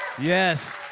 yes